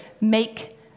make